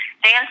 Dan